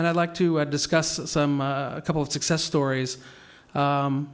and i'd like to discuss some couple of success stories